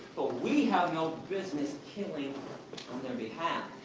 we have no business killing on their behalf.